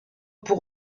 pour